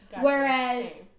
Whereas